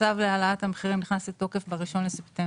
הצו להעלאת המחירים נכנס לתוקף ב-1.9.